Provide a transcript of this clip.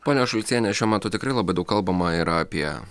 ponia šulciene šiuo metu tikrai labai daug kalbama yra apie